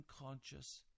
Unconscious